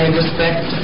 respect